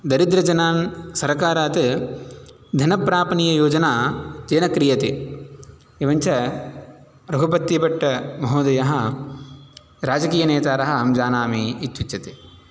दरिद्रजनान् सर्कारात् धनप्रापणीययोजना तेन क्रियते एवं च रघुपतिभट्टमहोदयः राजकीयनेतारः अहं जानामि इत्युच्यते